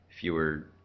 fewer